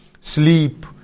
sleep